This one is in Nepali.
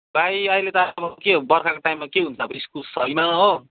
भाइ अहिले त अब के हुन्छ बर्खाको टाइममा के हुन्छ अब इस्कुस छैन हो